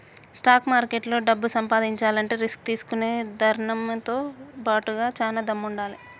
stock మార్కెట్లో డబ్బు సంపాదించాలంటే రిస్క్ తీసుకునే ధైర్నంతో బాటుగా చానా దమ్ముండాలే